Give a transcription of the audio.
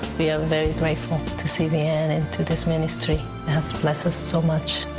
we are very grateful to cbn and to this ministry that has blessed us so much.